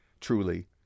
truly